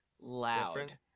loud